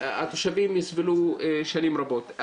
התושבים יסבלו שנים רבות.